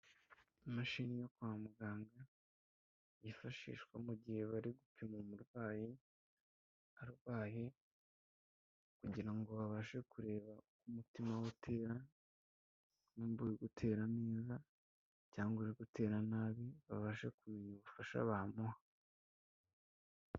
imashini yo kwa muganga yifashishwa mu gihe bari gupima umurwayi arwaye kugirango ngo babashe kureba uko umutima we utera, niba uri gutera neza cyangwa uri gutera nabi babashe kumenya ubufasha bamuha.